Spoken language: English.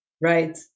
Right